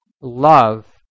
love